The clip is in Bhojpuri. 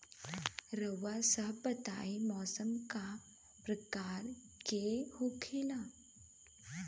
रउआ सभ बताई मौसम क प्रकार के होखेला?